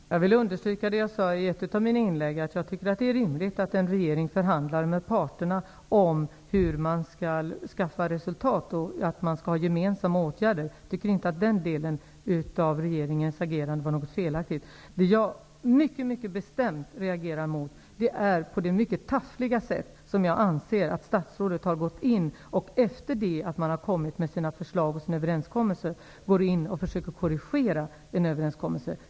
Herr talman! Jag vill understryka det jag sade i ett av mina inlägg, att jag tycker att det är rimligt att en regering förhandlar med parterna om hur man skall uppnå resultat och att åtgärderna skall vara gemensamma. Jag tycker inte att den delen av regeringens agerande var något felaktigt. Det jag mycket bestämt reagerar mot är det mycket taffliga sätt som jag anser att statsrådet har gått in på, efter det att parterna har kommit med sina förslag och man har nått en överenskommelse, och försökt korrigera överenskommelsen.